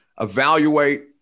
evaluate